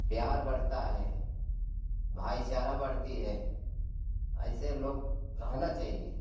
प्यार बढ़ता है भाईचारा बढ़ती है ऐसे लोग रहना चाहिए